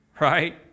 right